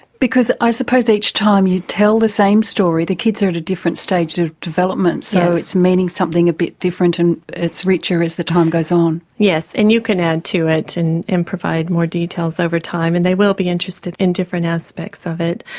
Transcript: because i suppose each time you tell the same story the kids are at a different stage of development so it's meaning something a bit different and gets richer as the time goes on. yes, and you can add to it and provide more details over time and they will be interested in different aspects of it.